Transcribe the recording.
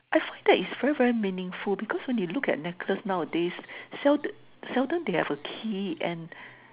I think that it's very very meaningful because you look at necklaces nowadays sell seldom have a key and